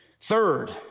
Third